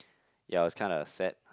ya it's kind of sad